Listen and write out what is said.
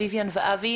ויויאן ואבי,